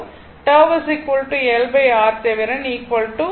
τ LRThevenin 1 Henry